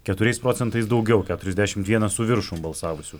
keturiais procentais daugiau keturiasdešimt vienas su viršum balsavusių